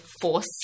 force